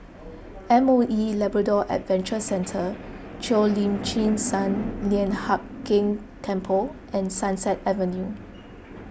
M O E Labrador Adventure Centre Cheo Lim Chin Sun Lian Hup Keng Temple and Sunset Avenue